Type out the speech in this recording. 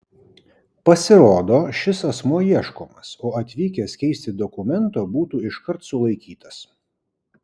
pasirodo šis asmuo ieškomas o atvykęs keisti dokumento būtų iškart sulaikytas